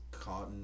cotton